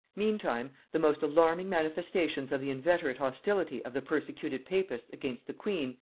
meantime, the most alarming manifestations of the inveterate hostility of the persecuted papists against the queen,